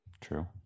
True